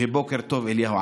בוקר טוב אליהו.